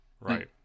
right